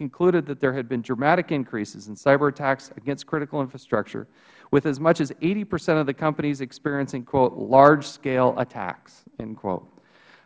concluded that there had been dramatic increases in cyber attacks against critical infrastructure with as much as eighty percent of the companies experiencing large scale attacks